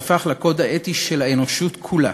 שהפך לקוד האתי של האנושות כולה,